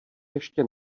ještě